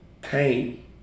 pain